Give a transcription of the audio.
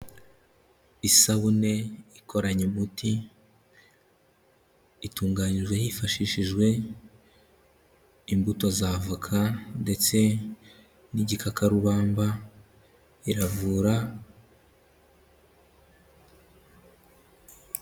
Isabune ikoranye umuti, itunganyijwe hifashishijwe imbuto za avoka ndetse n'igikakarubamba, iravura.